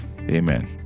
Amen